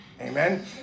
Amen